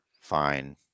fine